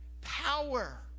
power